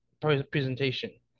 presentation